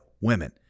women